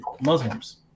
Muslims